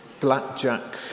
blackjack